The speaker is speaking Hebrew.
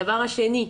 הדבר השני,